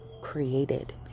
created